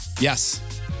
Yes